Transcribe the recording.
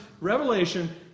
Revelation